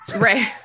Right